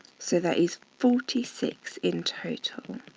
so that is forty six in total.